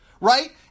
Right